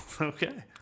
Okay